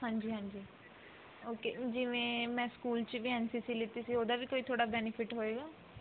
ਹਾਂਜੀ ਹਾਂਜੀ ਓਕੇ ਜਿਵੇਂ ਮੈਂ ਸਕੂਲ 'ਚ ਵੀ ਐੱਨ ਸੀ ਸੀ ਲਿਤੀ ਸੀ ਉਹਦਾ ਵੀ ਕੋਈ ਥੋੜ੍ਹਾ ਬੈਨੀਫਿਟ ਹੋਏਗਾ